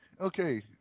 Okay